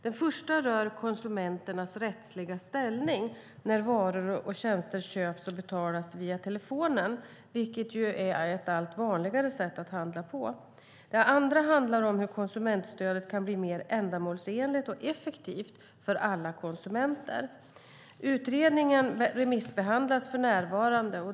Den första rör konsumenternas rättsliga ställning när varor och tjänster köps och betalas via telefonen, vilket är ett allt vanligare sätt att handla. Den andra handlar om hur konsumentstödet kan bli mer ändamålsenligt och effektivt för alla konsumenter. Utredningen remissbehandlas för närvarande.